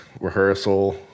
rehearsal